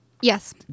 Yes